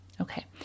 Okay